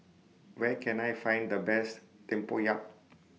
Where Can I Find The Best Tempoyak